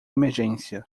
emergência